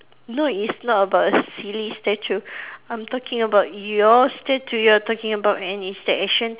no it's not about a silly statue I'm talking about your statue you are talking about any